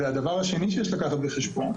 הדבר השני שצריך לקחת בחשבון